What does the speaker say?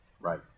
Right